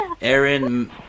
Aaron